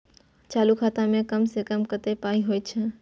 चालू खाता में कम से कम कत्ते पाई होय चाही?